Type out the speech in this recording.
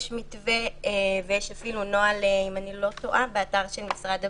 יש מתווה ויש אפילו נוהל באתר של משרד הבריאות,